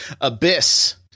Abyss